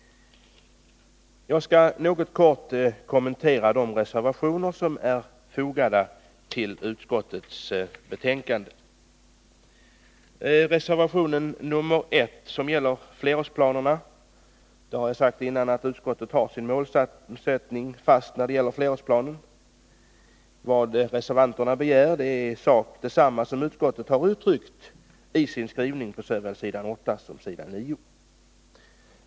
Jag skall kort kommentera de reservationer som fogats till utskottets betänkande. Reservation 1 gäller flerårsplanerna. Jag har tidigare sagt att utskottets målsättning när det gäller flerårsplanen står fast. Vad reservanterna begär är i sak detsamma som utskottet uttryckt i sin skrivning på s. 8 och 9.